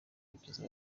kugeza